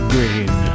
Green